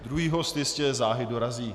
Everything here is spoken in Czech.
Druhý host jistě záhy dorazí.